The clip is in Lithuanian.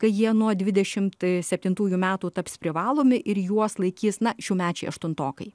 kai jie nuo dvidešimt septintųjų metų taps privalomi ir juos laikys na šiųmečiai aštuntokai